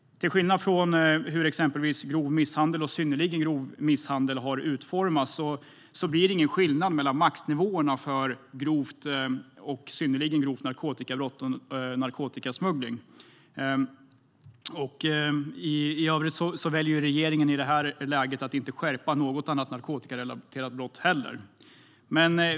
Till skillnad från hur nivåerna för exempelvis grov misshandel och synnerligen grov misshandel har utformats blir det ingen skillnad mellan maxnivåerna för grovt och synnerligen grovt narkotikabrott och narkotikasmuggling. I övrigt väljer regeringen i det här läget att inte heller skärpa straffen för något annat narkotikarelaterat brott.